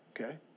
Okay